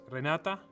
Renata